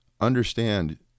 understand